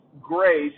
grace